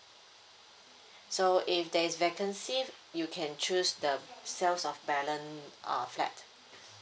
so if there is vacancy you can choose the sales of balance uh flat